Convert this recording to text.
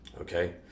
okay